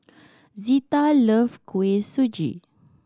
Zetta love Kuih Suji